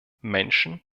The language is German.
menschen